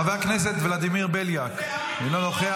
חבר הכנסת ולדימיר בליאק, אינו נוכח,